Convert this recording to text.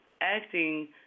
acting